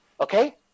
Okay